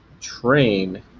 train